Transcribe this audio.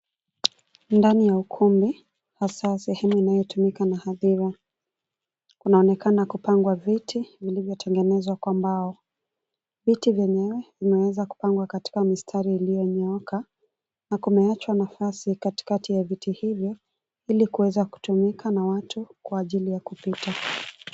Ndani ya ukumbi hasa sehemu inayotumika na hadhira. Kunaonekana kupangwa viti vilivyotengenezwa kwa mbao. Viti vyenyewe vimeweza kupangwa katika mstari iliyonyooka na kumeachwa nafasi katikati ya viti hivi ili kuweza kutumika na watu kwa ajili ya kupita.